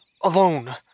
Alone